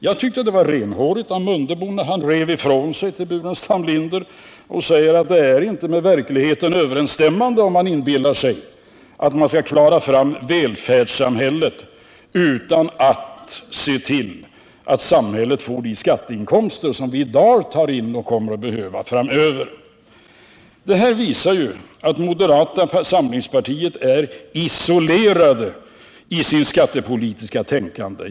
Jag tycker det var renhårigt av herr Mundebo att han rev i mot herr Burenstam Linder och sade att det inte är med verkligheten överensstämmande om man inbillar sig att man skall kunna klara fram välfärdssamhället utan att se till att samhället får de skatteinkomster som vi i dag tar in och kommer att behöva framöver. Detta visar ju att moderata samlingspartiet är isolerat i sitt skattepolitiska tänkande.